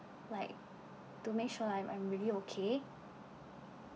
like to make sure I'm I'm really okay